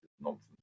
nonsense